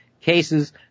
cases